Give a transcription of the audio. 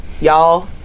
y'all